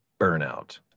burnout